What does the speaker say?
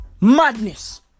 Madness